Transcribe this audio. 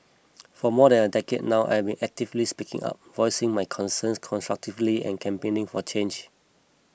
for more than a decade now I've been actively speaking up voicing my concerns constructively and campaigning for change